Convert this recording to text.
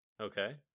Okay